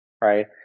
right